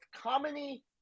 comedy